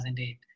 2008